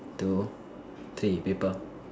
two three paper